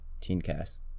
TeenCast